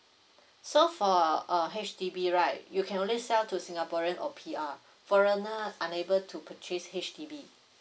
so for uh H_D_B right you can only sell to singaporean or P_R foreigner unable to purchase H_D_B